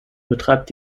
betreibt